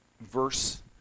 verse